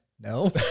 No